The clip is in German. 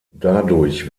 dadurch